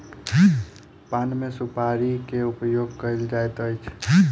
पान मे सुपाड़ी के उपयोग कयल जाइत अछि